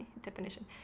definition